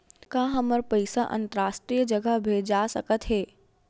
का हमर पईसा अंतरराष्ट्रीय जगह भेजा सकत हे?